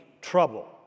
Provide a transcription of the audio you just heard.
trouble